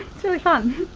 it's really fun.